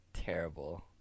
terrible